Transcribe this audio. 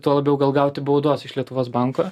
tuo labiau gal gauti baudos iš lietuvos banko